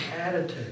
attitude